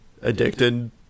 addicted